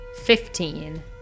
Fifteen